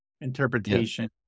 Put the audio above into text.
interpretation